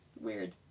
weird